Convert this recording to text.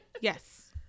Yes